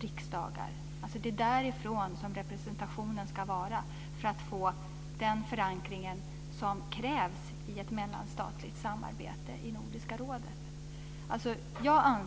Det är alltså därifrån som representationen ska vara för att få den förankring som krävs i ett mellanstatligt samarbete i Nordiska rådet. Jag